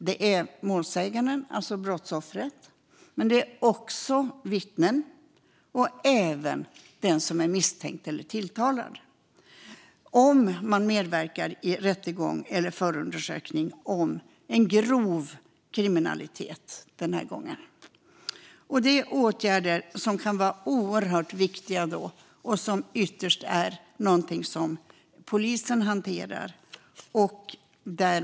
Det är målsäganden, alltså brottsoffret, men också vittnen samt den som är misstänkt eller tilltalad och medverkar i rättegång eller förundersökning om grov kriminalitet. Det är åtgärder som kan vara oerhört viktiga. Ytterst är det någonting som polisen hanterar.